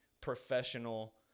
professional